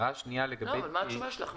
מה התשובה שלך?